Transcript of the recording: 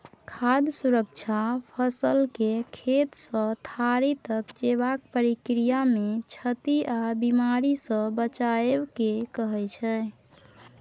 खाद्य सुरक्षा फसलकेँ खेतसँ थारी तक जेबाक प्रक्रियामे क्षति आ बेमारीसँ बचाएब केँ कहय छै